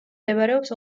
მდებარეობს